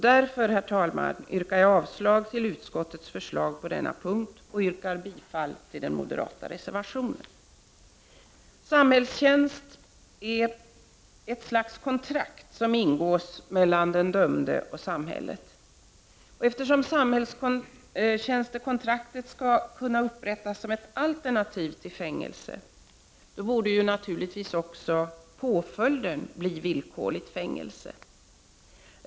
Därför, herr talman, yrkar jag avslag på utskottets förslag på denna punkt och yrkar bifall till den moderata reservationen. Samhällstjänst är ett slags kontrakt som ingås mellan den dömde och samhället. Eftersom samhällstjänstkontrakt skall kunna upprätthållas som alternativ till fängelse, borde naturligtvis också påföljden bli villkorligt fängelse.